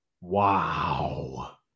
Wow